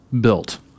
built